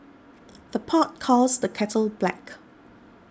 the pot calls the kettle black